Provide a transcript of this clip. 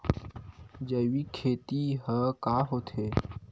जैविक खेती ह का होथे?